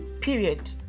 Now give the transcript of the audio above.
period